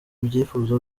byifuzo